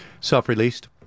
self-released